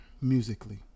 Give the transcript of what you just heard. musically